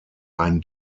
ein